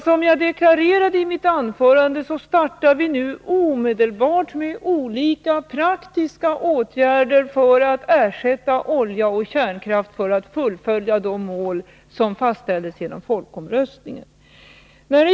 Som jag deklarerade i mitt anförande startar vi nu omedelbart med olika praktiska åtgärder för att ersätta olja och kärnkraft för att fullfölja de mål som fastställdes genom folkomröstningen.